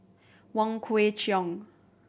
Wong Kwei Cheong